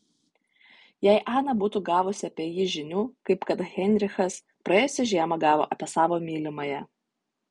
jei ana būtų gavusi apie jį žinių kaip kad heinrichas praėjusią žiemą gavo apie savo mylimąją